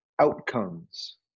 outcomes